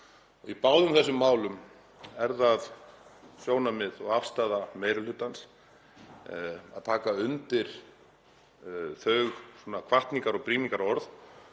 Í báðum þessum málum er það sjónarmið og afstaða meiri hlutans að taka undir þau hvatningar- og brýningarorð.